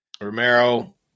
Romero